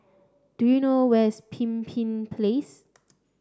do you know where is Pemimpin Place